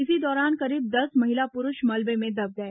इसी दौरान करीब दस महिला पुरूष मलबे में दब गए